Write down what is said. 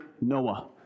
Noah